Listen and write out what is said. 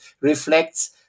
reflects